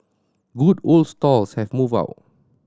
good old stalls have moved out